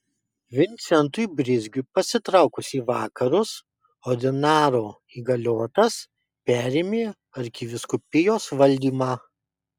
vincentui brizgiui pasitraukus į vakarus ordinaro įgaliotas perėmė arkivyskupijos valdymą